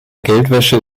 geldwäsche